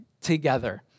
together